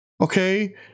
Okay